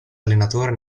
allenatore